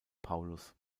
paulus